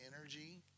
energy